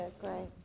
great